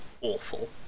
awful